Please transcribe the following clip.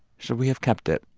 should we have kept it?